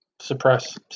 suppress